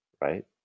right